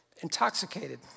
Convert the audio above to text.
intoxicated